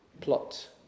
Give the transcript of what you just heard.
plot